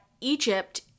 Egypt